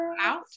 out